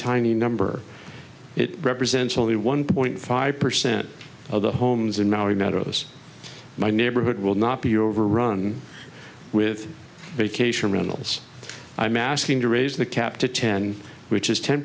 tiny number it represents only one point five percent of the homes in maui meadows my neighborhood will not be overrun with vacation rentals i'm asking to raise the cap to ten which is ten